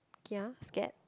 kia scared